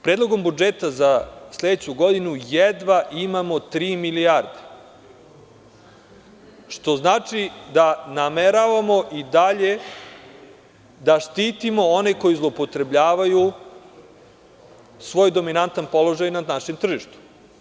Predlogom budžeta za sledeću godinu jedva imamo tri milijarde, što znači da nameravamo i dalje da štitimo one koji zloupotrebljavaju svoj dominantan položaj na našem tržištu.